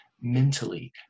mentally